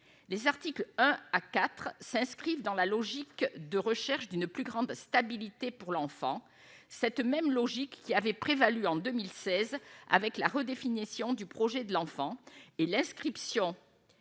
les articles 1 à 4 s'inscrivent dans la logique de recherche d'une plus grande stabilité pour l'enfant, cette même logique qui avait prévalu en 2016 avec la redéfinition du projet de l'enfant et l'inscription